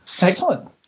Excellent